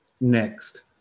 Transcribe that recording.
Next